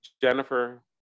Jennifer